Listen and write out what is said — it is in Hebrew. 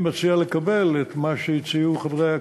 מה אתה מציע, אדוני השר?